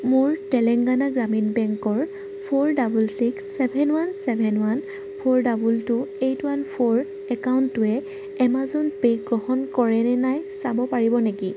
মোৰ তেলেঙ্গানা গ্ৰামীণ বেংকৰ four double six seven one seven one four double two eight one four একাউণ্টটোৱে Amazon Pay গ্ৰহণ কৰে নে নাই চাব পাৰিব নেকি